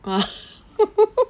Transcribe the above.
ah